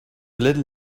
little